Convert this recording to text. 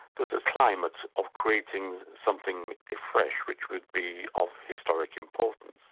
was a climate of creating something afresh, which would be of historic importance.